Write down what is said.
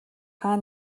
хаа